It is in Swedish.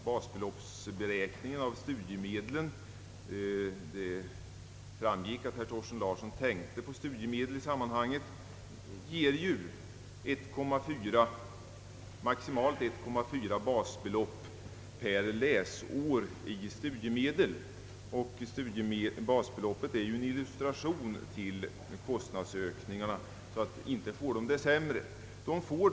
Basbeloppsberäkningen av studiemedlen — det framgick att herr Thorsten Larsson tänkte på studiemedlen i sammanhanget — ger maximalt 1,4 basbelopp per läsår i studiemedel, och basbeloppets förändring avspeglar ju kostnadsökningarna. Därför kan det inte vara tal om någon försämring.